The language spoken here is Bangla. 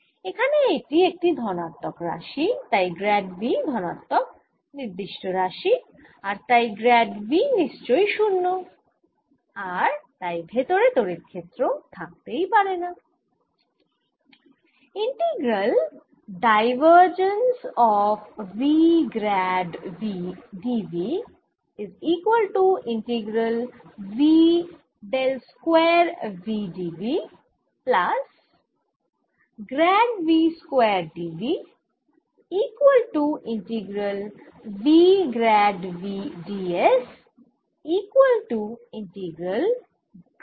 এখানে এইটি একটি ধনাত্মক রাশি তাই গ্র্যাড v ধনাত্মক নির্দিষ্ট রাশি আর তাই গ্র্যাড v নিশ্চই 0 আর তাই ভেতরে তড়িৎ ক্ষেত্র থাকতেই পারেনা